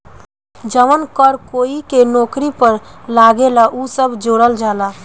जवन कर कोई के नौकरी पर लागेला उ सब जोड़ल जाला